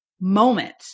moment